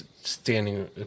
standing